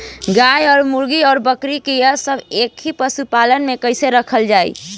गाय और मुर्गी और बकरी ये सब के एक ही पशुपालन में कइसे रखल जाई?